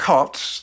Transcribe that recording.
cots